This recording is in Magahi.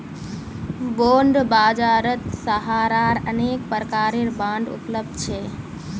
बॉन्ड बाजारत सहारार अनेक प्रकारेर बांड उपलब्ध छ